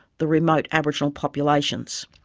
the remote aboriginal populations.